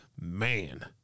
man